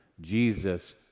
Jesus